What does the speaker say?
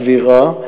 סבירה,